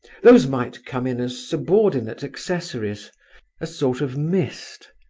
those might come in as subordinate accessories a sort of mist.